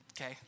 Okay